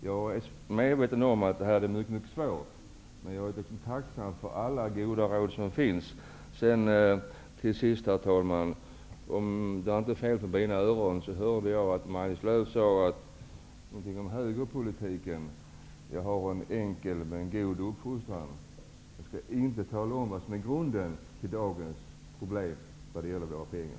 Jag är medveten om att det är mycket svårt, men jag är tacksam för alla goda ansatser. Till sist, herr talman! Om det inte är fel på mina öron sade Maj-Lis Lööw någonting om högerpolitiken. Jag har en enkel men god uppfostran. Jag skall därför inte tala om vad som är grunden till dagens problem när det gäller våra pengar.